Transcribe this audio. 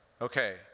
okay